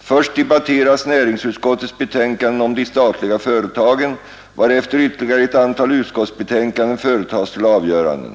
Först debatteras näringsutskottets betänkanden om de statliga företagen, varefter ytterligare ett antal utskottsbetänkanden företas till avgörande.